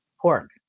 Pork